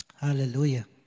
Hallelujah